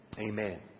amen